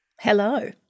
Hello